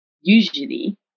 usually